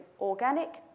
organic